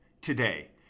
today